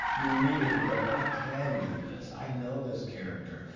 you read it and you go i can do this, i know this character,